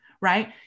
right